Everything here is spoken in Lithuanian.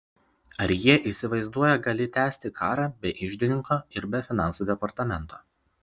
ar jie įsivaizduoją galį tęsti karą be iždininko ir be finansų departamento